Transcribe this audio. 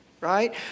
right